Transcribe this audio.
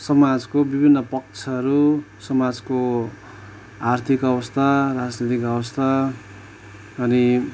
समाजको विभिन्न पक्षहरू समाजको आर्थिक अवस्था राजनैतिक अवस्था अनि